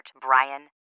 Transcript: Brian